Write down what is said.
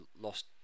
lost